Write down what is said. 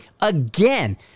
Again